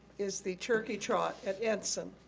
is the turkey trot at edson,